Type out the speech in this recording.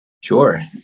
Sure